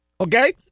Okay